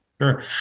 Sure